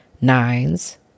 Nines